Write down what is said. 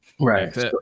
right